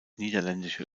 niederländische